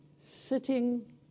Sitting